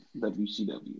WCW